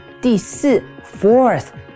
第四,fourth